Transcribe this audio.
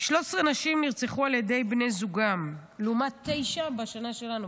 13 נשים נרצחו על ידי בני זוגן לעומת תשע בשנה שלנו,